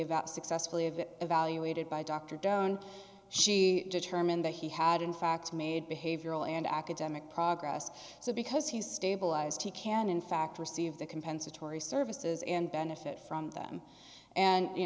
about successfully of it evaluated by a doctor down she determined that he had in fact made behavioral and academic progress so because he's stabilized he can in fact receive the compensatory services and benefit from them and you